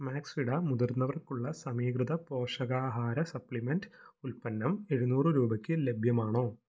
മാക്സ്വിട മുതിർന്നവർക്കുള്ള സമീകൃത പോഷകാഹാര സപ്ലിമെൻറ്റ് ഉൽപ്പന്നം എഴുന്നൂറ് രൂപയ്ക്ക് ലഭ്യമാണോ